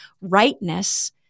rightness